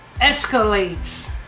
escalates